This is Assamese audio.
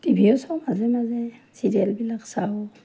টিভিয়ে চাওঁ মাজে মাজে ছিৰিয়েলবিলাক চাওঁ